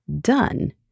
done